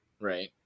right